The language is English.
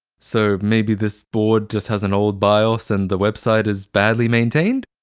so maybe this board just has an old bios and the website is badly maintained?